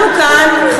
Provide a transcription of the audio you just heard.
שמענו כאן,